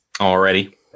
Already